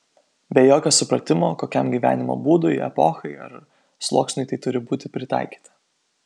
be jokio supratimo kokiam gyvenimo būdui epochai ar sluoksniui tai turi būti pritaikyta